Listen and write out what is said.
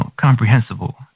comprehensible